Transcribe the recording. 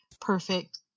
perfect